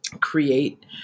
create